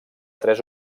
tres